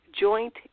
joint